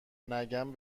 نگم